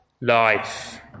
life